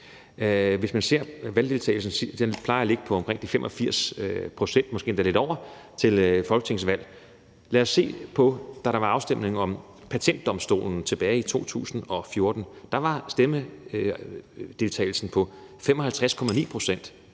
debat. Valgdeltagelsen plejer at ligge på omkring de 85 pct., måske endda lidt over, til folketingsvalg. Lad os se på, da der var afstemning om patentdomstolen tilbage i 2014. Der var stemmedeltagelsen på 55,9 pct.